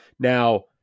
Now